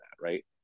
right